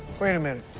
wait a minute.